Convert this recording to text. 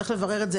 צריך לברר את זה,